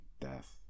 death